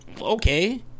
okay